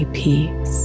peace